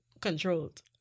controlled